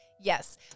Yes